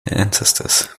ancestors